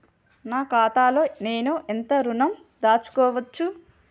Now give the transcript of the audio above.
నా ఖాతాలో నేను ఎంత ఋణం దాచుకోవచ్చు?